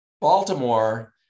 Baltimore